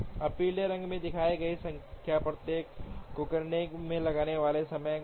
अब पीले रंग में दिखाई गई संख्या प्रत्येक को करने में लगने वाला समय है